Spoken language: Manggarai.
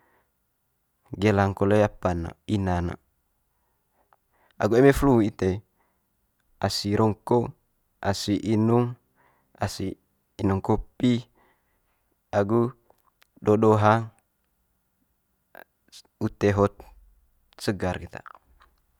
Gelang kole apa'n ne ina ne, agu eme flu ite asi rongko, asi inung, asi inung kopi agu do do hang ute hot segar keta.